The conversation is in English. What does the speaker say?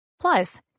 Plus